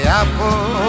apple